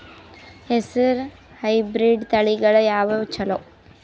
ಹೆಸರ ಹೈಬ್ರಿಡ್ ತಳಿಗಳ ಯಾವದು ಚಲೋ?